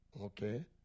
Okay